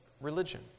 religion